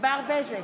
ענבר בזק,